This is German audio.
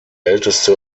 älteste